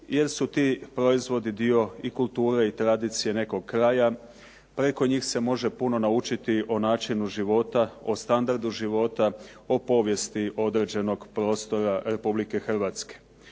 jer su ti proizvodi dio i kulture i tradicije nekog kraja, preko njih se može puno naučiti o načinu života, o standardu života, o povijesti određenog prostora Republike Hrvatske.